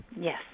Yes